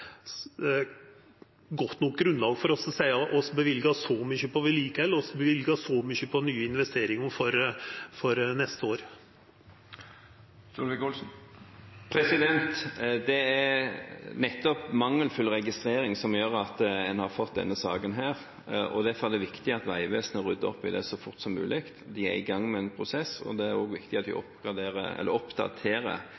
godt nok grunnlag for å seia at vi løyver så og så mykje på vedlikehald og så og så mykje på nye investeringar for neste år. Det er nettopp mangelfull registrering som gjør at en har fått denne saken. Derfor er det viktig at Vegvesenet rydder opp i det så snart som mulig. De er i gang med en prosess, og det er også viktig at de oppdaterer informasjonen i sine registre, nettopp for at vi